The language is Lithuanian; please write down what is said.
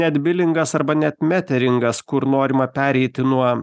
net bilingas arba net meteringas kur norima pereiti nuo